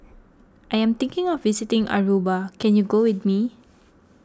I am thinking of visiting Aruba can you go with me